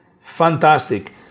fantastic